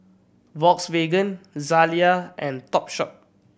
Volkswagen Zalia and Topshop